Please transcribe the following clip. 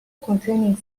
containing